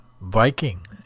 Viking